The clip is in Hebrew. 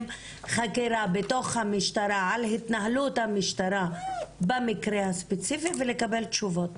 חקירה בתוך המשטרה על התנהלות המשטרה במקרה הספציפי ולקבל תשובות